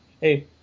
Hey